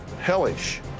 hellish